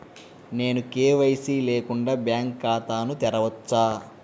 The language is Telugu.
నేను కే.వై.సి లేకుండా బ్యాంక్ ఖాతాను తెరవవచ్చా?